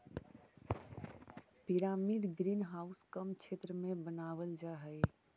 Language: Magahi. पिरामिड ग्रीन हाउस कम क्षेत्र में बनावाल जा हई